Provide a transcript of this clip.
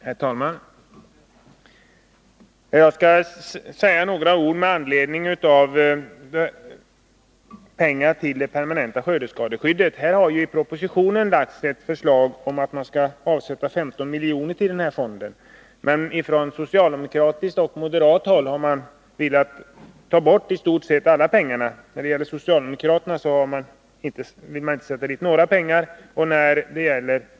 Herr talman! Jag vill säga några ord med anledning av punkten Bidrag till permanent skördeskadeskydd. I propositionen föreslås att 15 milj.kr. skall avsättas till skördeskadefonden. Men socialdemokraterna vill inte avsätta några pengar alls.